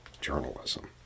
journalism